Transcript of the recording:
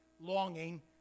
longing